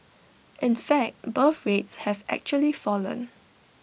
in fact birth rates have actually fallen